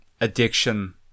addiction